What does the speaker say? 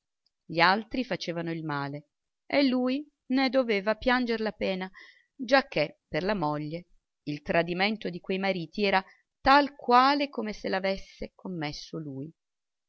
gli altri facevano il male e lui ne doveva pianger la pena giacché per la moglie il tradimento di quei mariti era tal quale come se l'avesse commesso lui